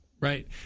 Right